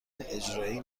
اجرایی